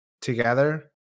together